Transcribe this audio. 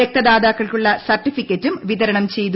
രക്തദാതാക്കൾക്കുള്ള സർട്ടിഫിക്കറ്റും വിതരണം ചെയ്തു